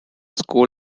school